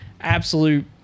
absolute